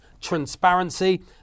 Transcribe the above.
transparency